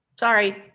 Sorry